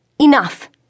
Enough